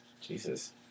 Jesus